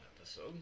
episode